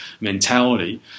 mentality